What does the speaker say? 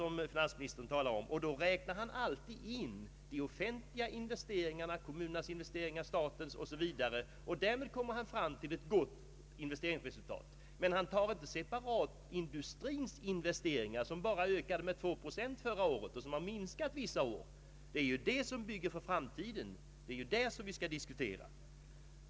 När finansministern talar om investeringarna, räknar han alltid in de offentliga investeringarna, och därmed kommer han fram till ett gott investeringsresultat. Men han nämner inte separat industrins investeringar, som ökade med bara två procent förra året och som har minskat vissa år. Det är ju dessa investeringar som bygger för framtiden.